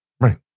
Right